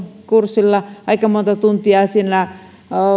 kurssilla aika monta tuntia siinä